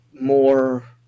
More